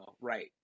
Right